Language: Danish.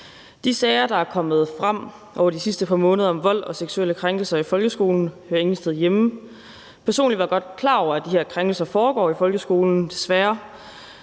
De sager, der er kommet frem over de sidste par måneder om vold og seksuelle krænkelser i folkeskolen, hører ingen steder hjemme. Personligt er jeg godt klar over, at de her krænkelser foregår i folkeskolen, desværre,